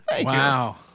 Wow